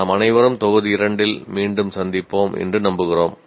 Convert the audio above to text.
நாம் அனைவரும் தொகுதி 2ல் மீண்டும் சந்திப்போம் என்று நம்புகிறோம்